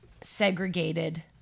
segregated